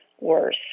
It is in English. worse